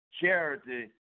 Charity